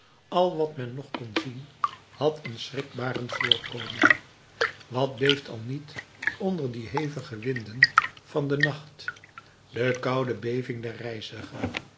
al wat men nog kon zien had een schrikbarend voorkomen wat beeft al niet onder die hevige winden van den nacht de koude beving den reiziger